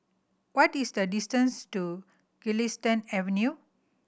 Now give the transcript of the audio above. what is the distance to Galistan Avenue